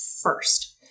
first